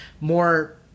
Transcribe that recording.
more